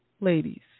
ladies